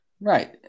Right